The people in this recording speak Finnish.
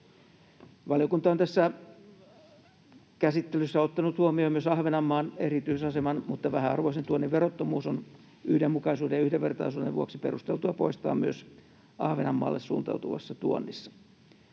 Valiokunta on tässä käsittelyssä ottanut huomioon myös Ahvenanmaan erityisaseman, mutta vähäarvoisen tuonnin verottomuus on yhdenmukaisuuden ja yhdenvertaisuuden vuoksi perusteltua poistaa myös Ahvenanmaalle suuntautuvassa tuonnissa.